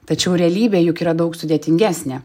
tačiau realybė juk yra daug sudėtingesnė